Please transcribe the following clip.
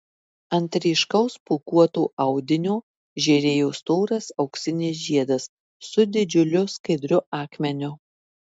ant ryškaus pūkuoto audinio žėrėjo storas auksinis žiedas su didžiuliu skaidriu akmeniu